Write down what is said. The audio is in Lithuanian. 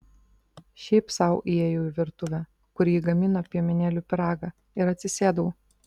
šiaip sau įėjau į virtuvę kur ji gamino piemenėlių pyragą ir atsisėdau